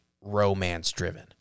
romance-driven